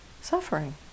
suffering